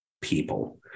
people